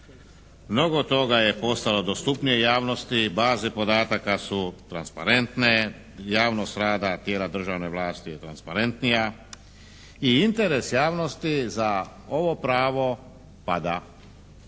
mnogo toga je postalo dostupnije javnosti, baze podataka su transparentne, javnost rada tijela državne vlasti je transparentnija i interes javnosti za ovo pravo pada.